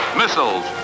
missiles